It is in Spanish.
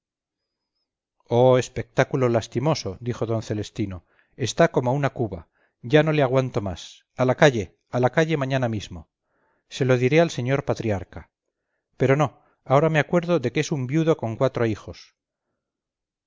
oh espectáculo lastimoso dijo d celestino está como una cuba ya no le aguanto más a la calle a la calle mañana mismo se lo diré al señor patriarca pero no ahora me acuerdo de que es un viudo con cuatro hijos